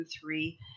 three